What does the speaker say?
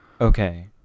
okay